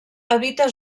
habita